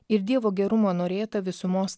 ir dievo gerumo norėta visumos